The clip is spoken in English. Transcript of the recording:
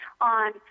on